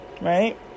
Right